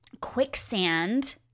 quicksand